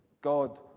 God